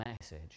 message